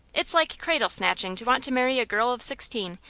it's like cradle-snatching to want to marry a girl of sixteen,